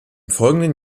folgenden